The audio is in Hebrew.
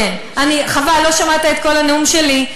כן, חבל, לא שמעת את כל הנאום שלי.